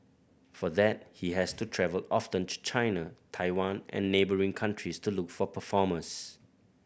for that he has to travel often to China Taiwan and neighbouring countries to look for performers